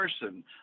person